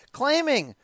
claiming